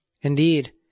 Indeed